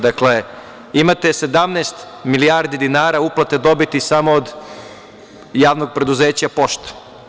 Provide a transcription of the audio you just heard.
Dakle, imate 17 milijardi dinara uplate dobiti samo od Javnog preduzeća „Pošta“